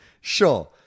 Sure